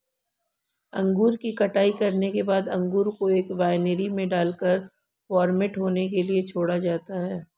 अंगूर की कटाई करने के बाद अंगूर को एक वायनरी में डालकर फर्मेंट होने के लिए छोड़ा जाता है